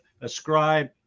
ascribe